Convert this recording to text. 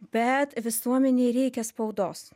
bet visuomenei reikia spaudos